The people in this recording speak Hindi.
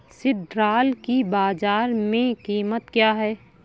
सिल्ड्राल की बाजार में कीमत क्या है?